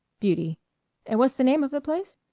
beauty and what's the name of the place?